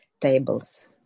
tables